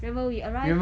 remember we arrived